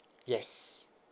yes